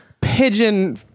pigeon